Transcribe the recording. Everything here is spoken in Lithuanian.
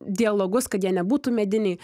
dialogus kad jie nebūtų mediniai